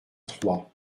troyes